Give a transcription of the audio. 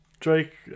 Drake